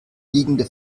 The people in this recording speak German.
liegende